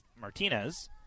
Martinez